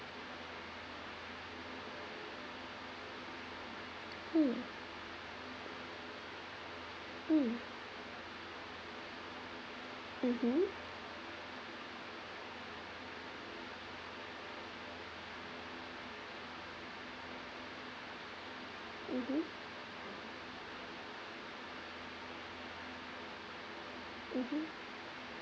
mm mm mmhmm mmhmm mmhmm